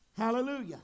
Hallelujah